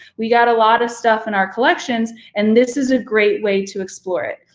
we got a lot of stuff in our collections, and this is a great way to explore it.